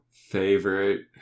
Favorite